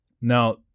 Now